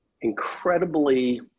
incredibly